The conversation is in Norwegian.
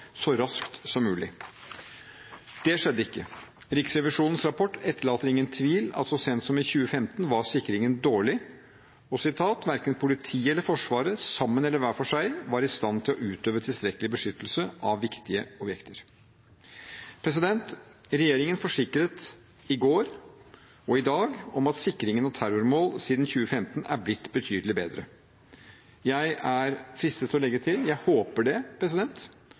så raskt som mulig. Det skjedde ikke. Riksrevisjonens rapport etterlater ingen tvil om at så sent som i 2015 var sikringen dårlig, og «verken politiet eller Forsvaret, sammen eller hver for seg, vil være i stand til å utøve tilstrekkelig beskyttelse av viktige objekter». Regjeringen forsikret i går og i dag at sikringen av terrormål siden 2015 er blitt betydelig bedre. Jeg er fristet til å legge til: Jeg håper det,